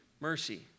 mercy